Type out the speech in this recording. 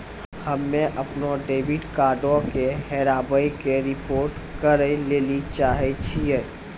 हम्मे अपनो डेबिट कार्डो के हेराबै के रिपोर्ट करै लेली चाहै छियै